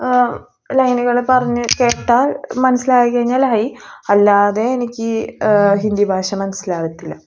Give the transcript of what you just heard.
ലൈനുകൾ പറഞ്ഞ് കേട്ടാൽ മനസ്സിലായിക്കഴിഞ്ഞാലായി അല്ലാതെ എനിക്ക് ഹിന്ദി ഭാഷ മനസ്സിലാവത്തില്ല